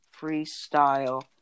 Freestyle